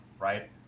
right